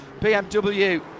BMW